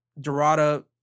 Dorada